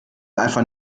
einfach